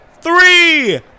three